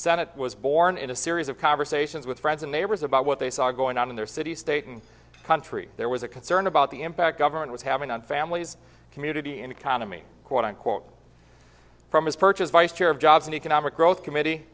senate was born in a series of conversations with friends and neighbors about what they saw going on in their city state and country there was a concern about the impact government was having on families community and economy quote unquote from his perch as vice chair of jobs and economic growth committee